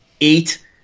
eight